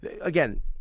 again